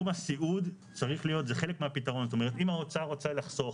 אם האוצר רוצה לחסוך,